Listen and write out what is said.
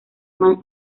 man